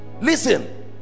listen